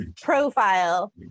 profile